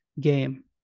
game